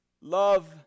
Love